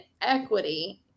equity